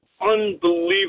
unbelievable